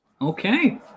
Okay